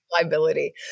liability